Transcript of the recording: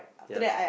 yeah